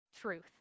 truth